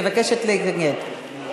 מבקשת להתנגד,